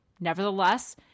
Nevertheless